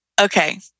Okay